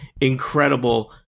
incredible